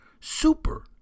super